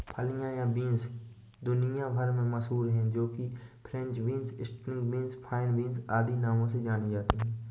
फलियां या बींस दुनिया भर में मशहूर है जो कि French beans, string beans, fine beans आदि नामों से जानी जाती है